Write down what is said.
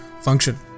function